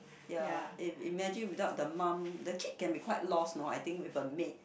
ya if imagine without the mum the kid can be quite lost know I think with a maid